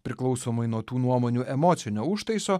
priklausomai nuo tų nuomonių emocinio užtaiso